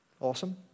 Awesome